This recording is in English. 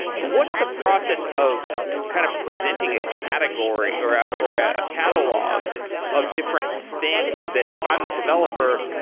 what's the process of kind of presenting a category, or ah or ah a catalog of different things that if i'm the developer,